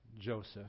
Joseph